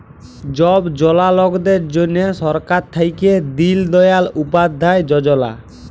ছব জলা লকদের জ্যনহে সরকার থ্যাইকে দিল দয়াল উপাধ্যায় যজলা